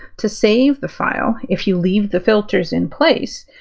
to save the file, if you leave the filters in place,